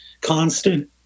constant